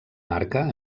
marca